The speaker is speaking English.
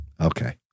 Okay